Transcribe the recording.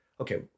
okay